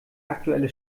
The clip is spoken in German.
aktuelle